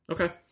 Okay